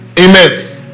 Amen